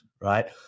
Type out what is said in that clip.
Right